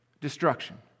destruction